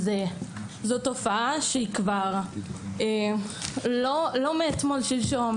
זו תופעה שהיא לא מאתמול שלשום,